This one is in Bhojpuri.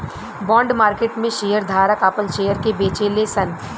बॉन्ड मार्केट में शेयर धारक आपन शेयर के बेचेले सन